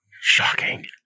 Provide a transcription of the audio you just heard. Shocking